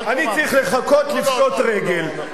אני צריך לחכות לפשוט רגל.